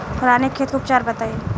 रानीखेत के उपचार बताई?